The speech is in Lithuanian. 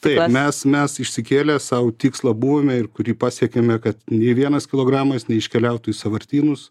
taip mes mes išsikėlę sau tikslą buvome ir kurį pasiekėme kad nė vienas kilogramas neiškeliautų į sąvartynus